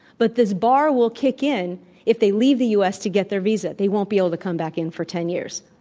but this bar will kick in if they leave the u. s. to get their visa. they won't be able to come back in for ten years.